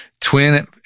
Twin